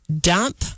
Dump